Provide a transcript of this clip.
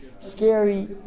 scary